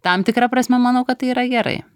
tam tikra prasme manau kad tai yra gerai